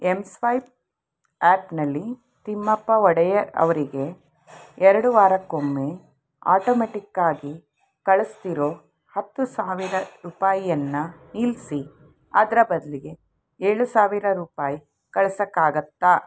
M Swipe ಆ್ಯಪ್ನಲ್ಲಿ ತಿಮ್ಮಪ್ಪ ಒಡೆಯರ್ ಅವರಿಗೆ ಎರಡು ವಾರಕ್ಕೊಮ್ಮೆ ಆಟೊಮೆಟ್ಟಿಕ್ಕಾಗಿ ಕಳಿಸ್ತಿರೊ ಹತ್ತು ಸಾವಿರ ರೂಪಾಯಿಯನ್ನು ನಿಲ್ಲಿಸಿ ಅದರ ಬದಲಿಗೆ ಏಳು ಸಾವಿರ ರೂಪಾಯಿ ಕಳ್ಸೋಕ್ಕಾಗತ್ತಾ